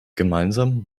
gemeinsam